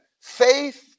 Faith